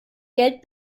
geld